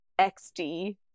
Xd